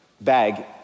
bag